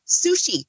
sushi